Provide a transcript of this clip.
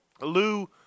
Lou